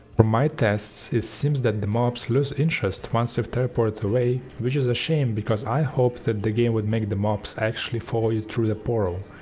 from my tests it seems that the mobs lose interest once you've teleported away which is a shame because i hoped that the game would make the mobs actually follow you through the portal.